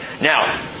Now